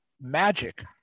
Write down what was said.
magic